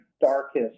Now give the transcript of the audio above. darkest